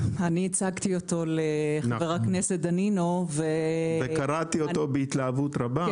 אני הצגתי אותו לחבר הכנסת דנינו --- וקראתי אותו בהתלהבות רבה.